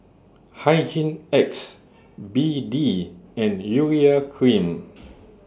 Hygin X B D and Urea Cream